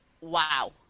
wow